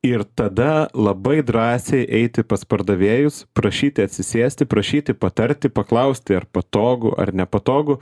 ir tada labai drąsiai eiti pas pardavėjus prašyti atsisėsti prašyti patarti paklausti ar patogu ar nepatogu